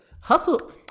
hustle